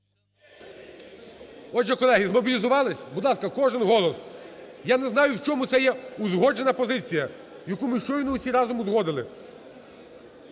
Отже, колеги, змобілізувались? Будь ласка, кожен голос. Я не знаю, в чому це є узгоджена позиція, яку ми щойно всі разом узгодили,